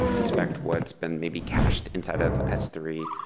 inspect what's been maybe cached inside of s three.